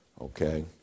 okay